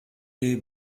les